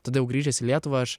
tada jau grįžęs į lietuvą aš